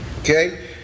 Okay